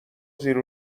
زیر